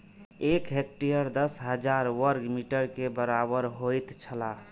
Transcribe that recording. एक हेक्टेयर दस हजार वर्ग मीटर के बराबर होयत छला